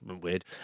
weird